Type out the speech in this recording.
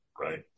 right